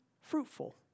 fruitful